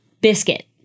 biscuit